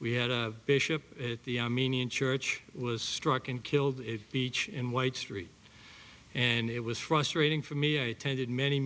we had a bishop at the armenian church was struck and killed a beach in white street and it was frustrating for me i attended many